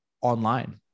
online